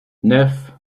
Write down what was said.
neuf